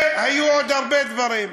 והיו עוד הרבה דברים.